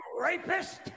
Rapist